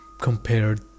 compared